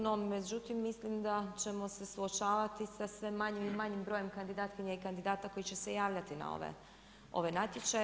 No međutim, mislim da ćemo se suočavati sa sve manjim i manjim brojem kandidatkinja i kandidata koji će se javljati na ove natječaje.